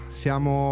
siamo